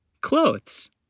clothes